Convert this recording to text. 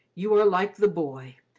you are like the boy,